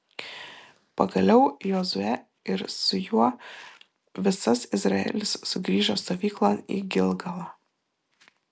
pagaliau jozuė ir su juo visas izraelis sugrįžo stovyklon į gilgalą